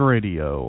Radio